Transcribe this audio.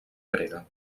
grega